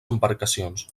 embarcacions